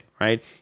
right